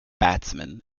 batsman